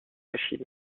machines